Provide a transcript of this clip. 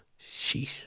sheesh